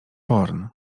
porn